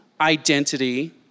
identity